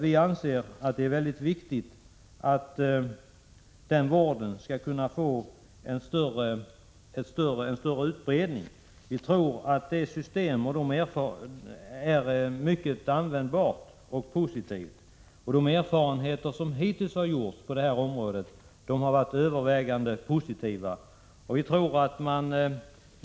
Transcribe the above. Vi anser att det är mycket viktigt att kontraktsvården får större utbredning, eftersom vi tror att detta system är mycket användbart. De erfarenheter som hittills har gjorts på detta område har varit övervägande positiva.